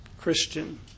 Christian